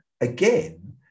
Again